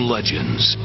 Legends